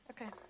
Okay